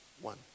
one